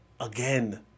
again